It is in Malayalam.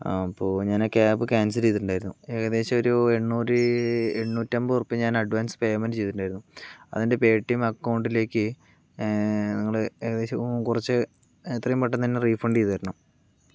അപ്പോൾ ഞാൻ ആ കേബ് ക്യാൻസൽ ചെയ്തിട്ടുണ്ടായിരുന്നു ഏകദേശം ഒരു എണ്ണൂറ് എണ്ണൂറ്റമ്പതു ഉറുപ്പിക ഞാൻ അഡ്വാൻസ് പേയ്മെൻ്റ് ചെയ്തിട്ടുണ്ടായിരുന്നു അത് എൻ്റെ പേ ടി എം അക്കൗണ്ടിലേയ്ക്ക് നിങ്ങൾ ഏകദേശം കുറച്ച് എത്രയും പെട്ടെന്നുതന്നെ റീഫണ്ട് ചെയ്തു തരണം